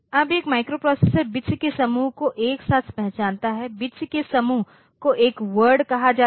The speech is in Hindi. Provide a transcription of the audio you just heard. अब एक माइक्रोप्रोसेसर बिट्स के समूह को एक साथ पहचानता है बिट्स के समूह को एक वर्ड कहा जाता है